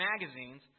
magazines